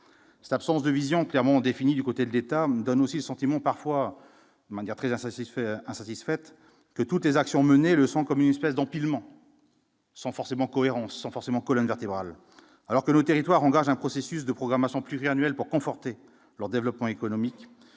cette absence de vision clairement définie, du côté de l'État donne aussi sentiment parfois de manière très insatisfaits insatisfaite que toutes les actions menées le sont comme une espèce d'empilement. Sans forcément cohérence sans forcément colonne vertébrale alors que le territoire engage un processus de programmation pluriannuelle, pour conforter leur développement économique,